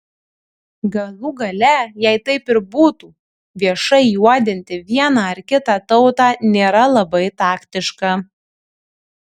galų gale jei taip ir būtų viešai juodinti vieną ar kitą tautą nėra labai taktiška